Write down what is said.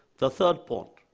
the third point.